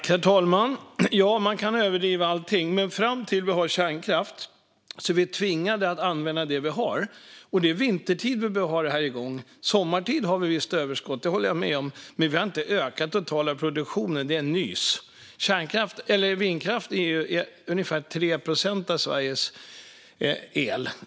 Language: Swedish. Herr talman! Ja, man kan överdriva allting, men till dess att vi har kärnkraft är vi tvingade att använda det vi har. Det är vintertid vi behöver ha detta igång. Sommartid har vi ett visst överskott - det håller jag med om. Men vi har inte ökat den totala produktionen; det är nys. Vindkraft står för ungefär 3 procent av Sveriges el.